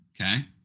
okay